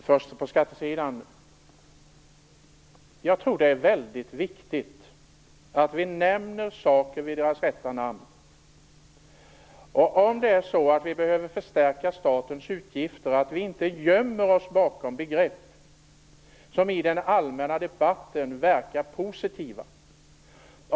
Fru talman! Först några ord om skatterna. Jag tror att det är väldigt viktigt att vi nämner saker vid deras rätta namn. Om vi behöver förstärka statens utgifter, bör vi inte gömma oss bakom begrepp som i den allmänna debatten verkar positiva.